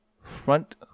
front